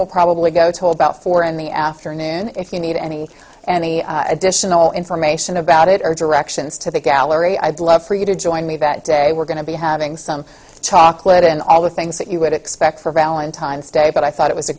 will probably go to hold out for in the afternoon if you need any and the additional information about it or directions to the gallery i'd love for you to join me that day we're going to be having some chocolate and all the things that you would expect for valentine's day but i thought it was a